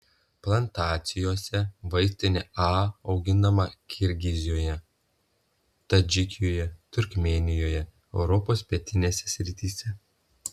plantacijose vaistinė a auginama kirgizijoje tadžikijoje turkmėnijoje europos pietinėse srityse